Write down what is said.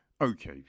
Okay